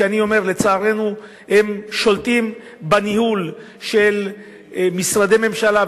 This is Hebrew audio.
שאני אומר שלצערנו הם שולטים בניהול של משרדי ממשלה.